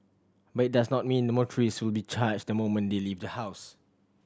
but it does not mean motorists will be charged the moment they leave the house